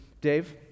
Dave